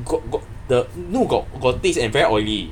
got got the no got got taste and very oily